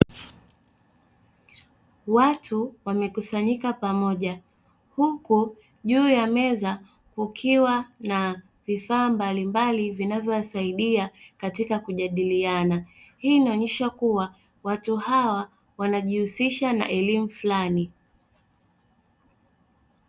Watu wamekusanyika pamoja huku juu ya meza kukiwa na vifaa mbalimbali vinavyowasaidia katika kujadiliana, hii inaonyesha kuwa watu hawa wanajihusisha na elimu fulani.